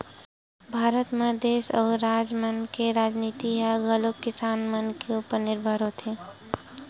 भारत म देस अउ राज मन के राजनीति ह घलोक किसान मन के उपर निरभर होथे